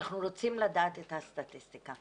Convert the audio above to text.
אנחנו רוצים לדעת את הסטטיסטיקה